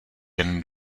jen